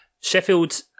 Sheffield